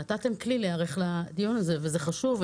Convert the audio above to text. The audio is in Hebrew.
נתתם כלי להיערך לדיון הזה וזה חשוב.